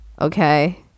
okay